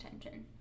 attention